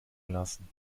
lassen